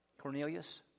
Cornelius